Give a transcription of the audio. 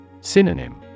Synonym